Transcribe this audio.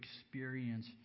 experience